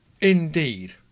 Indeed